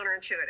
counterintuitive